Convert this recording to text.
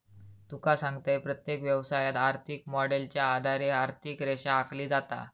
तुका सांगतंय, प्रत्येक व्यवसायात, आर्थिक मॉडेलच्या आधारे आर्थिक रेषा आखली जाता